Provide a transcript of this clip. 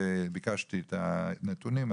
ביקשתי נתונים,